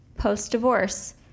post-divorce